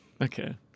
Okay